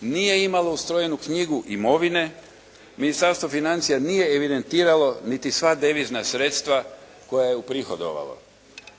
Nije imalo ustrojenu knjigu imovine. Ministarstvo financija nije evidentiralo niti sva devizna sredstva koja je uprihodovalo.